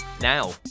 Now